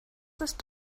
ist